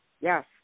Yes